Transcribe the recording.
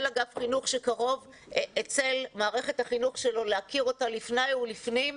אגף חינוך שקרוב אצל מערכת החינוך שלו להכיר אותה לפני ולפנים.